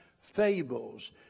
fables